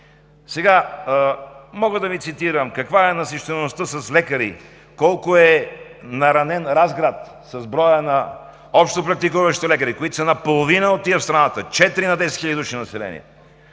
Мога да Ви цитирам каква е наситеността с лекари, колко е ощетен Разград с броя на общопрактикуващите лекари, които са на половината на тези в страната – 4 на 10 000 души население.